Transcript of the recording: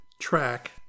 track